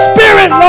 Spirit